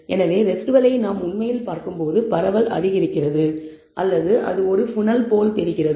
எனவே ரெஸிடுவலை நாம் உண்மையில் பார்க்கும்போது பரவல் அதிகரிக்கிறது அல்லது ஒரு புனல் போல் தெரிகிறது